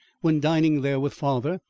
when dining there with father,